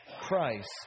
Christ